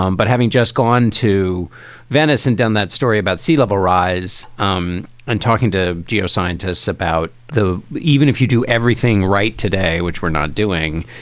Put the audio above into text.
um but having just gone to venice and done that story about sea level rise, um i'm talking to geoscientists about the even if you do everything right today, which we're not doing,